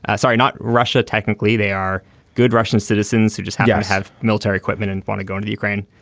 ah sorry not russia. technically they are good russian citizens who just have got to have military equipment and want to go to the ukraine.